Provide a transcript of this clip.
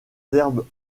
herbes